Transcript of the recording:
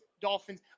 Dolphins